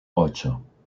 ocho